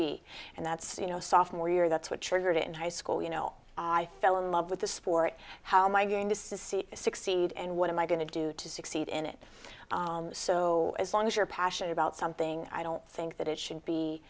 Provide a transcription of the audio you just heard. be and that's you know sophomore year that's what triggered it in high school you know i fell in love with the sport how am i going to see succeed and what am i going to do to succeed in it so as long as you're passionate about something i don't think that it should